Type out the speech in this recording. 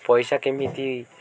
ପଇସା କେମିତି